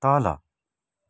तल